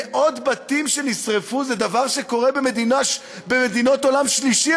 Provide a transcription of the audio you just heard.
מאות בתים שנשרפו זה דבר שקורה במדינות עולם שלישי,